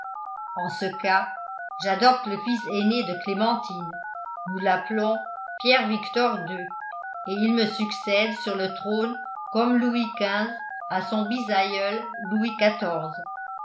en ce cas j'adopte le fils aîné de clémentine nous l'appelons pierre victor ii et il me succède sur le trône comme louis xv à son bisaïeul louis